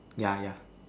yeah yeah